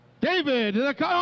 David